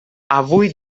avui